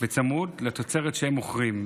בצמוד לתוצרת שהם מוכרים.